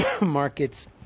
markets